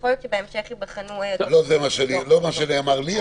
ייתכן שבהמשך ייבחנו- -- לא מה שנאמר לי,